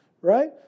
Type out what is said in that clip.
right